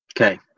Okay